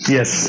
Yes